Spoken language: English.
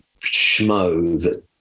schmo